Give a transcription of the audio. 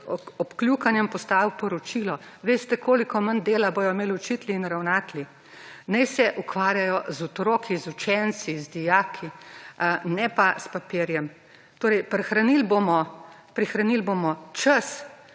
obkljukanjem postal poročilo. veste koliko manj dela bodo imeli učitelji in ravnatelji. Naj se ukvarjajo z otroki, z učenci, z dijaki, ne pa s papirjem. Torej, prihranili bomo čas,